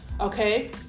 okay